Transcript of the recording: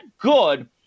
good